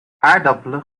aardappelen